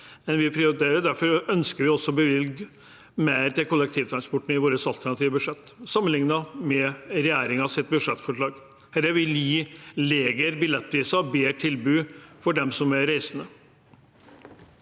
vi derfor å bevilge mer til kollektivtransporten i vårt alternative budsjett sammenlignet med regjeringens budsjettforslag. Dette vil gi lavere billettpriser og et bedre tilbud for de reisende.